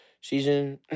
season